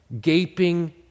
gaping